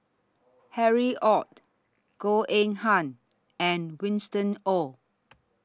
Harry ORD Goh Eng Han and Winston Oh